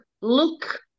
look